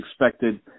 expected